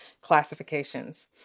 classifications